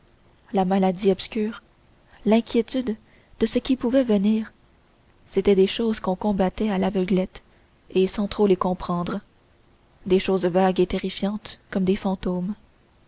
la maladie obscure l'inquiétude de ce qui pouvait venir c'étaient des choses qu'on combattait à l'aveuglette sans trop les comprendre des choses vagues et terrifiantes comme des fantômes